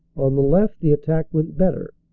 on the left the attack went better,